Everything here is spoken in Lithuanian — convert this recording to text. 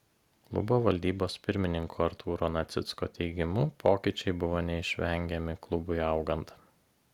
klubo valdybos pirmininko artūro nacicko teigimu pokyčiai buvo neišvengiami klubui augant